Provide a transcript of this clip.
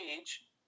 age